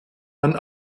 man